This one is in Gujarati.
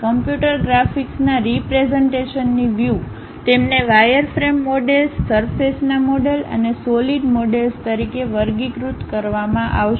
કમ્પ્યુટર ગ્રાફિક્સના રીપ્રેઝન્ટેશન ની વ્યૂ તેમને વાયરફ્રેમ મોડેલ્સ સરફેસના મોડલ અને સોલિડ મોડેલ્સ તરીકે વર્ગીકૃત કરવામાં આવશે